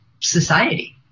society